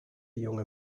junge